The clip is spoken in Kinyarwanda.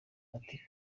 ati